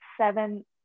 seven